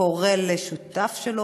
הוא קורא לשותף שלו,